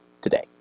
today